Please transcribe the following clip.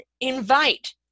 invite